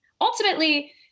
ultimately